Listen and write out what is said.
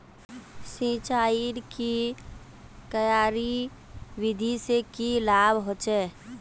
सिंचाईर की क्यारी विधि से की लाभ होचे?